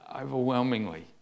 overwhelmingly